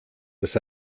das